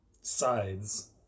sides